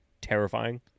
terrifying